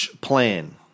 plan